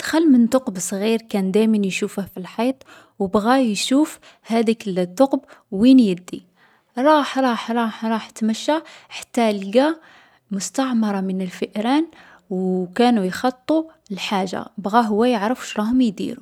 دخل من تقب صغير كان دايما يشوفه في الحيط، و بغا يشوف هاذيك التقب وين يدي. ؤاحر راح، راح، راح تمشى حتى لقى مستعمرة من الفئران و كانو يخططو لحاجة. بغا هو يعرف واش راهم يديرو.